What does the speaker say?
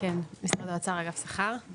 כן, משרד האוצר אגף שכר.